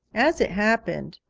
as it happened,